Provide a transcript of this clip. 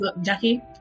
jackie